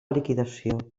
liquidació